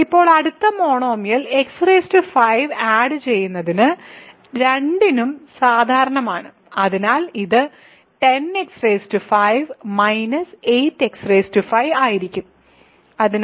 ഇപ്പോൾ അടുത്ത monomial x5 add ചെയ്യുന്നത് രണ്ടിനും സാധാരണമാണ് അതിനാൽ ഇത് 10x5 8x5 ആയിരിക്കും അതിനാൽ ഇത് 2x5